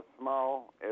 small